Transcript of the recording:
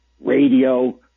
radio